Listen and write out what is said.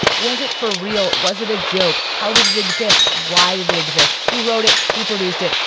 was it for real? was it a joke? how did it exist? why did it exist? who wrote it? who produced it?